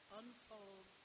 unfold